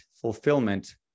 fulfillment